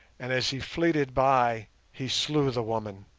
and as he fleeted by he slew the woman.